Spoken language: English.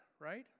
right